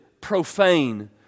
profane